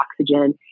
oxygen